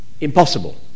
impossible